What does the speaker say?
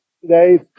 today